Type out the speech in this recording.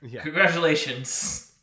Congratulations